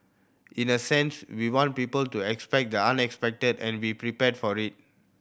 in a sense we want people to expect the unexpected and be prepared for it